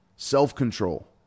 Self-control